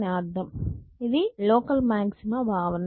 ఇది local maxima భావన